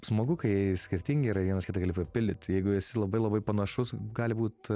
smagu kai skirtingi ir vienas kitą gali papildyt jeigu esi labai labai panašus gali būt